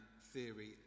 Theory